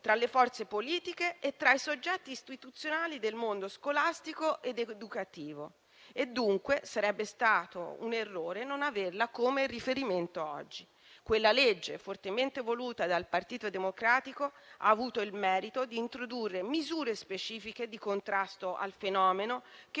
tra le forze politiche e i soggetti istituzionali del mondo scolastico ed educativo, dunque sarebbe stato un errore non averla come riferimento oggi. Quella legge, fortemente voluta dal Partito Democratico, ha avuto il merito di introdurre misure specifiche di contrasto al fenomeno, che